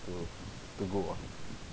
to to go ah